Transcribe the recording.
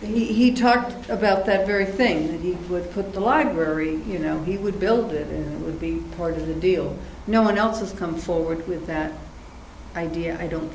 and he talked about that very thing that he would put the library you know he would build it it would be part of the deal no one else has come forward with that idea i don't